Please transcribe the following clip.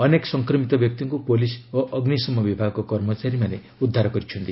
ଅନେକ ସଂକ୍ରମିତ ବ୍ୟକ୍ତିଙ୍କୁ ପୋଲିସ୍ ଓ ଅଗ୍ରିଶମ ବିଭାଗ କର୍ମଚାରୀମାନେ ଉଦ୍ଧାର କରିଛନ୍ତି